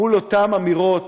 מול אותן אמירות